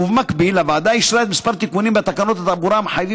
ובמקביל הוועדה אישרה כמה תיקונים בתקנות התעבורה המחייבים